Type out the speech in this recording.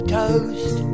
toast